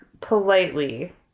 politely